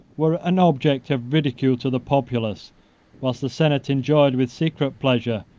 were an object of ridicule to the populace whilst the senate enjoyed, with secret pleasure,